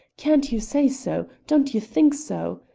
can't you say so? don't you think so?